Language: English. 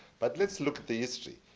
but let's look at the history.